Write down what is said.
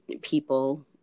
people